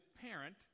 parent